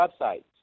websites